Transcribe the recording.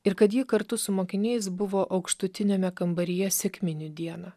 ir kad ji kartu su mokiniais buvo aukštutiniame kambaryje sekminių dieną